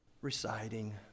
reciting